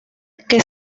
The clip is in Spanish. que